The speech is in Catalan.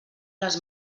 les